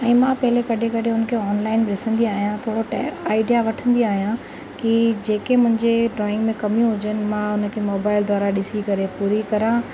ऐं मां पहिले कॾहिं कॾहिं हुनखे ऑनलाइन ॾिसंदी आहियां थोरो टे आइडिया वठंदी आहियां कि जेके मुंहिंजे ड्रॉइंग में कमियूं हुजनि मां हुनखे मोबाइल द्वारा ॾिसी करे पूरी करां